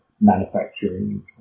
manufacturing